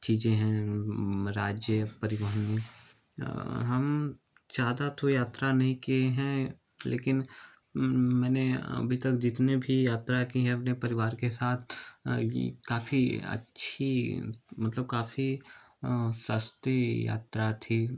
चीज़ें हैं राज्य परिवहन में हम ज़्यादा तो यात्रा नहीं किये हैं लेकिन मैंने अभी तक जितने भी यात्रा की है अपने परिवार के साथ काफ़ी अच्छी मतलब काफ़ी सस्ती यात्रा थी